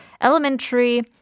elementary